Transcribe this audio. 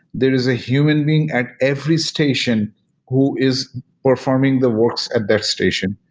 there is a human being at every station who is performing the works at their station.